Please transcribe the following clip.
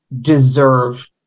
deserve